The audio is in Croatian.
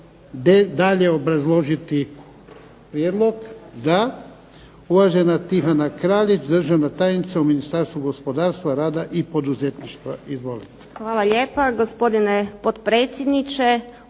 dalje obrazložiti prijedlog? Da. Uvažena Tihana Kraljić, državna tajnica u Ministarstvu gospodarstva, rada i poduzetništva. Izvolite. **Bebić, Luka (HDZ)** 20.